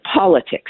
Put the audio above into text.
politics